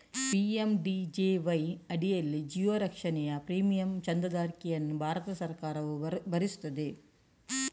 PMJDY ಅಡಿಯಲ್ಲಿ ಜೀವ ರಕ್ಷಣೆಯ ಪ್ರೀಮಿಯಂ ಚಂದಾದಾರಿಕೆಯನ್ನು ಭಾರತ ಸರ್ಕಾರವು ಭರಿಸುತ್ತದೆ